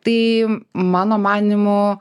tai mano manymu